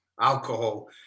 Alcohol